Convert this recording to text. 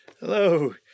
Hello